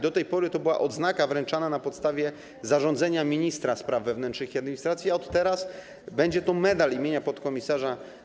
Do tej pory to była odznaka wręczana na podstawie zarządzenia ministra spraw wewnętrznych i administracji, a od teraz będzie to medal im. podkom.